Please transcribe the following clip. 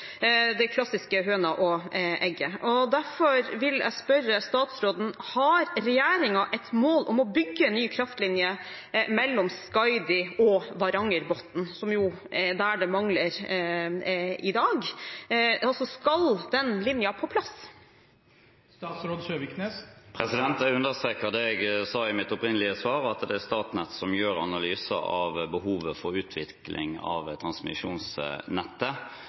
Det er den klassiske høna og egget. Derfor vil jeg spørre statsråden: Har regjeringen et mål om å bygge ny kraftlinje mellom Skaidi og Varangerbotn, som jo er der det mangler i dag? Skal den linjen på plass? Jeg understreker det jeg sa i mitt opprinnelige svar, at det er Statnett som gjør analyse av behovet for utvikling av transmisjonsnettet